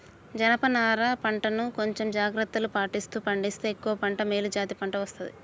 జనప నారా పంట ను కొంచెం జాగ్రత్తలు పాటిస్తూ పండిస్తే ఎక్కువ పంట మేలు జాతి పంట వస్తది